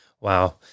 Wow